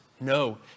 No